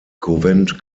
covent